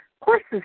courses